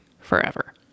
forever